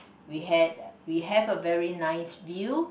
we had we have a very nice view